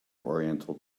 oriental